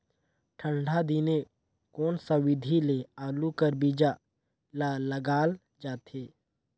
ठंडा दिने कोन सा विधि ले आलू कर बीजा ल लगाल जाथे?